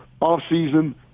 off-season